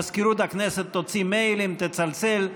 מזכירות הכנסת תוציא מיילים, תצלצל.